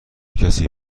کسی